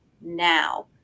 now